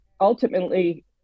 ultimately